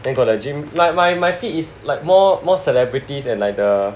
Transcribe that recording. then got the gym like my my feed is like more more celebrities and the